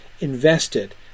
invested